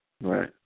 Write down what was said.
Right